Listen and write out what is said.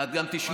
את גם תשמעי,